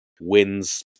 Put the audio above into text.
wins